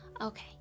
Okay